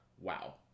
wow